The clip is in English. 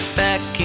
back